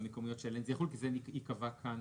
המקומיות עליהן זה יחול כי זה ייקבע כאן.